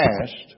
past